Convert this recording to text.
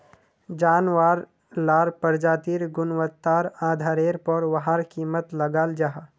जानवार लार प्रजातिर गुन्वात्तार आधारेर पोर वहार कीमत लगाल जाहा